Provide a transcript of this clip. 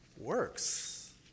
works